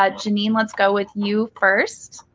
ah jeannine, let's go with you first.